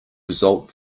result